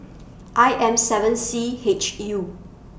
I M seven C H U